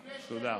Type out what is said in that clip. תודה.